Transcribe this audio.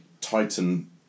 Titan